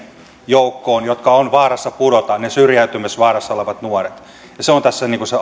joukkoon joka on vaarassa pudota niihin syrjäytymisvaarassa oleviin nuoriin se on tässä niin kuin se ajatus